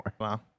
wow